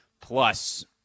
plus